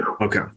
Okay